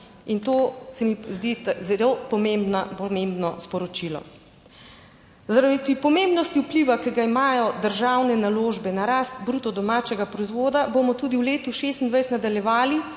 in to se mi zdi zelo pomembno sporočilo. Zaradi pomembnosti vpliva, ki ga imajo državne naložbe na rast bruto domačega proizvoda, bomo tudi v letu 2026 nadaljevali